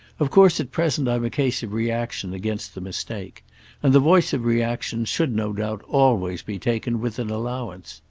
of course at present i'm a case of reaction against the mistake and the voice of reaction should, no doubt, always be taken with an allowance.